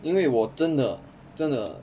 因为我真的真的